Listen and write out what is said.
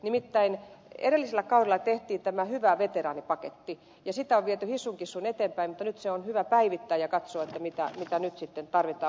nimittäin edellisellä kaudella tehtiin tämä hyvä veteraanipaketti ja sitä on viety hissun kissun eteenpäin mutta nyt se on hyvä päivittää ja katsoa mitä nyt sitten tarvitaan